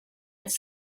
its